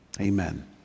amen